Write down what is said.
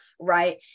Right